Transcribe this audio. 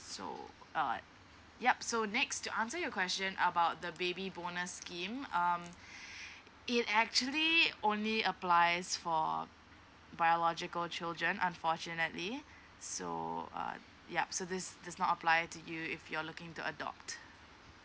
so uh yup so next to answer your question about the baby bonus scheme um it actually only applies for biological children unfortunately so uh yup so this does not apply to you if you're looking to adopt